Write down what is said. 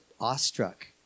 awestruck